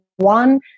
one